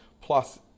Plus